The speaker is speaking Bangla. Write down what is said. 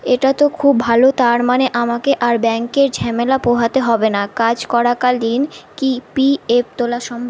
এটা তো খুব ভালো তার মানে আমাকে আর ব্যাঙ্কের ঝামেলা পোহাতে হবে না কাজ করাকালীন কি পিএফ তোলা সম